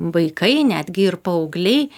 vaikai netgi ir paaugliai